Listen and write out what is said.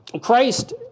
Christ